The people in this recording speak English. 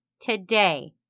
today